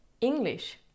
English